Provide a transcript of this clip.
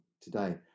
today